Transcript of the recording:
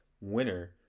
winner